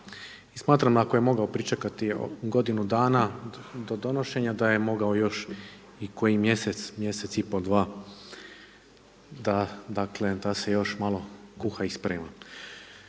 i smatram ako je mogao pričekati godinu dana do donošenja da je mogao još i koji mjesec, mjesec i pol, dva da dakle, da se još malo kuha i sprema.